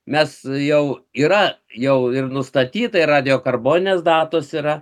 mes jau yra jau ir nustatyta ir radiokarboninės datos yra